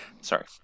sorry